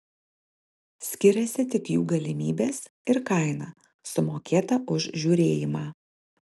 skiriasi tik jų galimybės ir kaina sumokėta už žiūrėjimą